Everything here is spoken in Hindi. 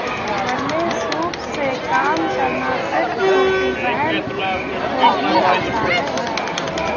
घर में सूप से काम करना सिर्फ छोटी बहन को ही आता है